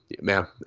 man